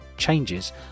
Changes